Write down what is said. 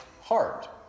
heart